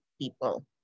people